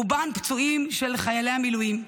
רובם פצועים שהם חיילי מילואים,